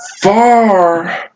far